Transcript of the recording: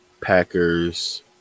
Packers